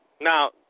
Now